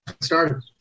started